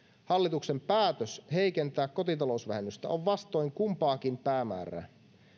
hallituksen päätös heikentää kotitalousvähennystä on vastoin kumpaakin päämäärää